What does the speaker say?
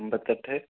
അമ്പത്തെട്ട്